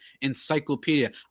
encyclopedia